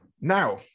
Now